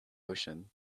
ocean